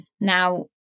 Now